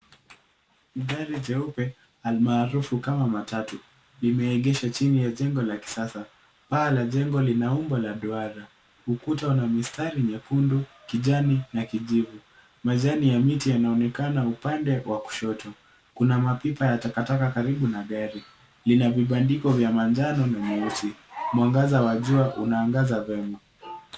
Gari jeupe al maarufu kama matatu limeegesha chini ya jengo la kisasa. Paa la jengo lina umbo la duara, ukuta una mistari nyekundu, kijani na kijivu. Majani ya miti yanaonekana upande wa kushoto. Kuna mapipa ya takataka karibu na gari. Lina vibandiko vya manjano na nyeusi. Mwangaza wa jua unaangaza vyema.